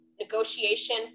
negotiation